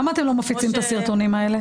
למה אתם לא מפיצים את הסרטונים האלה?